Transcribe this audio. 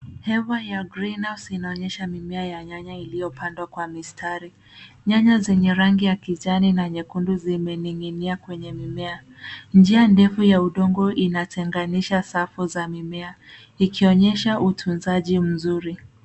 Hewa ya Greenhouse inaonyesha mimea ya nyanya iliyopandwa kwa mistari. Nyanya zenye rangi ya kijani na nyekundu zimening'nia kwenye mimea. Njia ndefu ya udongo inatenganisha safu za mimea ikionyesha utunzaji mzuri.